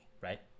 Right